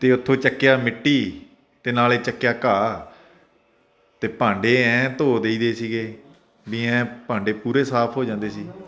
ਅਤੇ ਉੱਥੋਂ ਚੱਕਿਆ ਮਿੱਟੀ ਅਤੇ ਨਾਲੇ ਚੱਕਿਆ ਘਾਹ ਅਤੇ ਭਾਂਡੇ ਐ ਧੋ ਦਈਦੇ ਸੀਗੇ ਵੀ ਐ ਭਾਂਡੇ ਪੂਰੇ ਸਾਫ ਹੋ ਜਾਂਦੇ ਸੀ